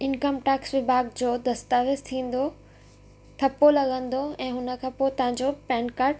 income tax विभाॻ जो दस्तावेज़ु थींदो ठपो लॻंदो ऐं हुन खां पोइ तव्हांजो पैन कार्ड